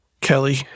Kelly